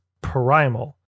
Primal